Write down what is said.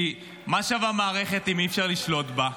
כי מה שווה מערכת אם אי-אפשר לשלוט בה?